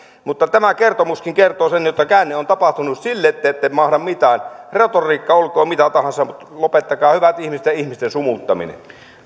mutta tämä kertomuskin kertoo sen että käänne on tapahtunut sille te ette mahda mitään retoriikka olkoon mitä tahansa mutta lopettakaa hyvät ihmiset ihmisten sumuttaminen